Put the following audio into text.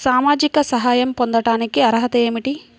సామాజిక సహాయం పొందటానికి అర్హత ఏమిటి?